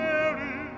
Mary